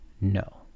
no